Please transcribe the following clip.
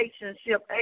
relationship